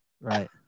Right